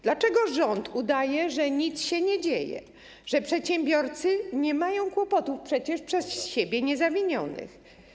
Dlaczego rząd udaje, że nic się nie dzieje, że przedsiębiorcy nie mają kłopotów, przecież przez siebie niezawinionych?